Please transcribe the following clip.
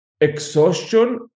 exhaustion